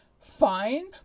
fine